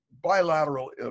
bilateral